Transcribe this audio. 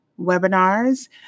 webinars